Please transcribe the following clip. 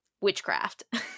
witchcraft